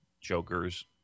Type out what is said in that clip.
jokers